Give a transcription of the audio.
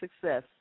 success